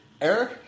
Eric